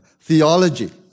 Theology